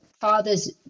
fathers